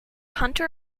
hunter